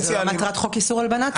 אבל זו לא מטרת חוק איסור הלבנת הון.